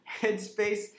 Headspace